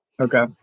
Okay